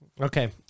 Okay